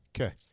Okay